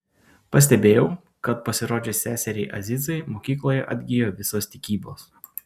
pastebėjau kad pasirodžius seseriai azizai mokykloje atgijo visos tikybos